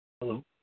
Hello